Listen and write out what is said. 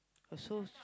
also